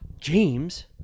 James